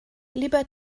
lieber